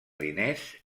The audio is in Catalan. diners